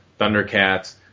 Thundercats